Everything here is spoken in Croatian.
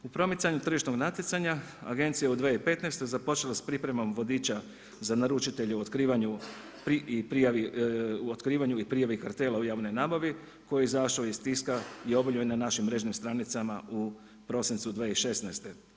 U promicanju tržišnog natjecanja Agencija je u 2015. započela s pripremom vodiča za naručitelje u otkrivanju i prijavi, u otkrivanju i prijavi kartela u javnoj nabavi koji je izašao iz tiska i objavljen je na našim mrežnim stranicama u prosincu 2016.